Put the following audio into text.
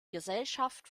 gesellschaft